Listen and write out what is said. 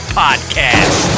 podcast